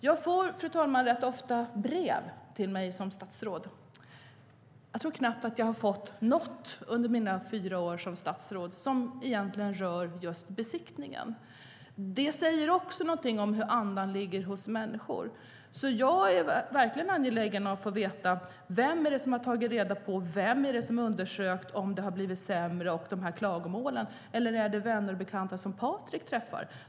Jag får, fru talman, rätt ofta brev till mig som statsråd. Jag har knappt fått något, tror jag, under mina fyra år som statsråd som har rört just besiktningen. Det säger också någonting om hur andan är hos människor. Därför är jag verkligen angelägen att få veta vem som har tagit reda på det här, vem som har undersökt om det har blivit sämre och vilka som har klagomål. Är det vänner och bekanta som Patrik träffar?